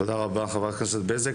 תודה רבה, חברת הכנסת בזק.